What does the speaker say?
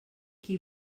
qui